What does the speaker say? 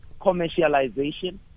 commercialization